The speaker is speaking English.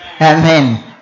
Amen